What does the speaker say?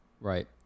Right